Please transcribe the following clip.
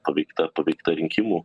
paveikta paveikta rinkimų